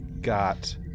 got